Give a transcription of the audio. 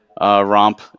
romp